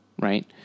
right